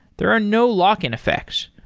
there are no lock-in effects.